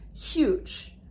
huge